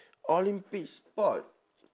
olympic sport